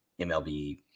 MLB